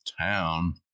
town